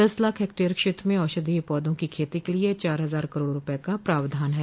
दस लाख हेक्टेयर क्षेत्र में औषधीयों पौधों की खेती के लिये चार हजार करोड़ रूपये का प्रावधान है